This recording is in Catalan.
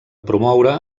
promoure